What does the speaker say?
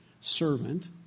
servant